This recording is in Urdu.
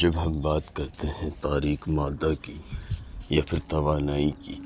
جب ہم بات کرتے ہیں تاریک مادہ کی یا پھر توانائی کی